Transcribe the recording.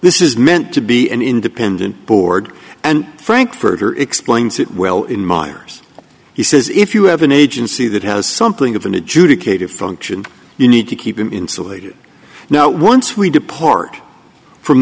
this is meant to be an independent board and frankfurter explains it well in miers he says if you have an agency that has something of an adjudicated function you need to keep them insulated now once we depart from